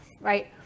right